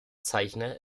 zeichner